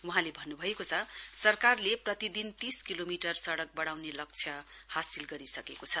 वहाँले भन्न्भएको छ सरकारले प्रतिदिन तीस किलोमिटर सडक बनाउने लक्ष्य हासिल गरिसकेको छ